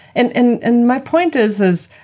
and and and my point is this,